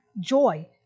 Joy